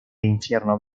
infierno